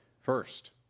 First